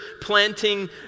planting